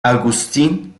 agustín